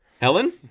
Helen